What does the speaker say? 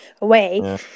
away